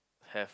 have